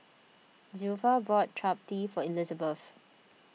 Zilpha bought Chapati for Elizebeth